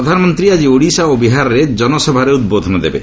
ପ୍ରଧାନମନ୍ତ୍ରୀ ଆଜି ଓଡ଼ିଶା ଓ ବିହାରରେ ଜନସଭାରେ ଉଦ୍ବୋଧନ ଦେବେ